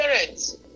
parents